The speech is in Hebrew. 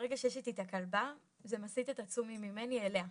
ברגע שיש איתי את הכלבה זה מסיט את ה"תשומי" ממני אליה.